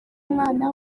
umwana